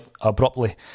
abruptly